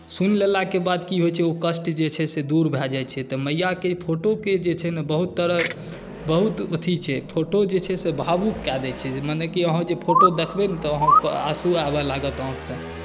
सुनि लेलाके बाद की होइत छै ओ कष्ट जे छै से दूर भए जाइत छै तऽ मैयाके ई फोटोके जे छै ने बहुत तरह बहुत अथी छै फोटो जे छै से भावुक कए दैत छै जे मने कि अहाँ जे फोटो देखबनि तऽ अहाँकेँ आँसू आबय लागत आँखिसँ